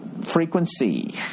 Frequency